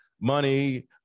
money